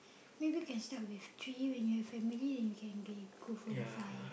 maybe can start with three when you have family then you can be go for the five